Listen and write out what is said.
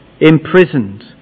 imprisoned